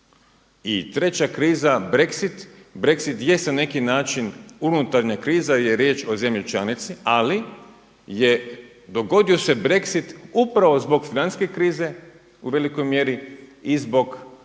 I treća kriza Brexit, Brexit je sada na neki način unutarnja kriza jer je riječ o zemlji članici, ali je dogodio se Brexit upravo zbog financijske krize u velikoj mjeri i zbog